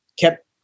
kept